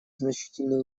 значительные